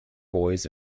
boys